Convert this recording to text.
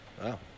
Wow